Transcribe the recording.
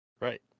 Right